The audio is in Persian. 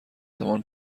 زمان